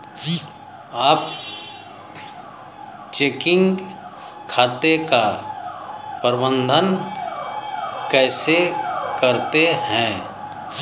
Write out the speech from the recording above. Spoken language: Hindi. आप चेकिंग खाते का प्रबंधन कैसे करते हैं?